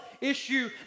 issue